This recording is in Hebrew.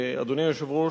ואדוני היושב-ראש,